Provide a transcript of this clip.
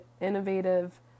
innovative